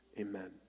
Amen